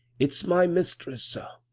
its my mistress, sir.